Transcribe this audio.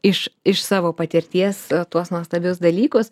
iš iš savo patirties tuos nuostabius dalykus